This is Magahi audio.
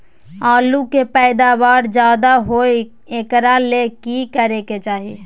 आलु के पैदावार ज्यादा होय एकरा ले की करे के चाही?